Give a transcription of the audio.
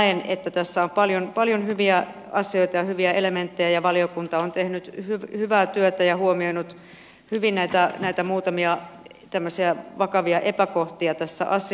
näen että tässä on paljon hyvin asioita ja hyviä elementtejä ja valiokunta on tehnyt hyvää työtä ja huomioinut hyvin näitä muutamia tämmöisiä vakavia epäkohtia tässä asiassa